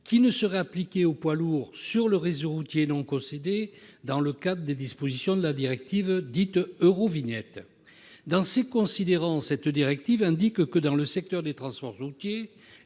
qui se serait appliquée aux poids lourds sur le réseau routier non concédé, dans le cadre des dispositions de la directive Eurovignette. Dans ses considérants, cette directive indique :« Dans le secteur des transports routiers,